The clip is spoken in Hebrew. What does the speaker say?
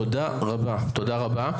תודה רבה.